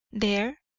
there,